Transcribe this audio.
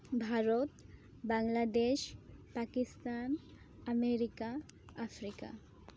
Bharat Bangladesh Pakistan America Africa